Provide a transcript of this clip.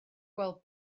gweld